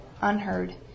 unheard